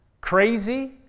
crazy